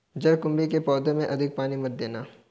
जलकुंभी के पौधों में अधिक पानी मत देना